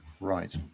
Right